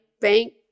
bank